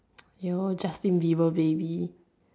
you know Justin Bieber baby